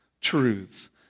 truths